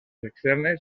externes